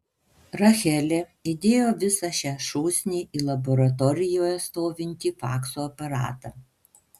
rachelė įdėjo visą šią šūsnį į laboratorijoje stovintį fakso aparatą